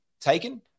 taken